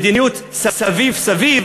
מדיניות סביב סביב